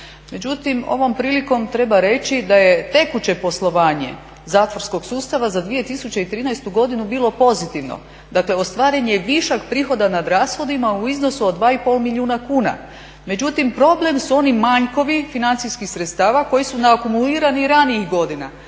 međutim ovom prilikom treba reći da je tekuće poslovanje zatvorskog sustava za 2013. godinu bilo pozitivno, dakle ostvaren je višak prihoda nad rashodima u iznosu od 2,5 milijuna kuna. Međutim, problem su oni manjkovi financijskih sredstava koji su … ranijih godina.